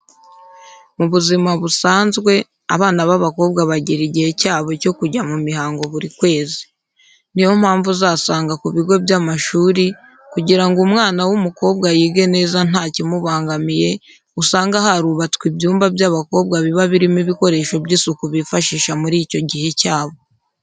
Mu buzima busanzwe abana b'abakobwa bagira igihe cyabo cyo kujya mu mihango buri kwezi. Ni yo mpamvu uzasanga ku bigo by'amashuri kugira ngo umwana w'umukobwa yige neza nta kimubangamiye, usanga harubatswe ibyumba by'abakobwa biba birimo ibikoresho by'isuku bifashisha muri icyo gihe cyabo.